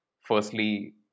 firstly